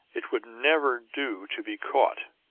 it would never do to be caught!